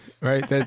right